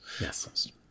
Yes